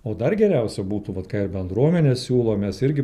o dar geriausia būtų vat ką ir bendruomenė siūlo mes irgi